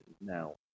now